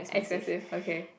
expensive okay